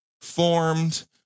formed